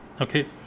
okay